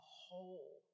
whole